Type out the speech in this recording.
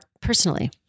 personally